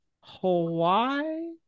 Hawaii